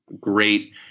great